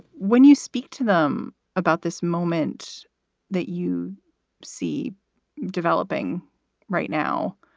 when you speak to them about this moment that you see developing right now.